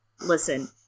Listen